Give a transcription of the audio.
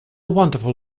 wonderful